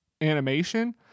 animation